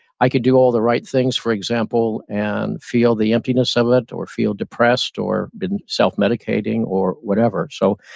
i could do all the right things, for example, and feel the emptiness of it, or feel depressed, or been self-medicating, or whatever. so,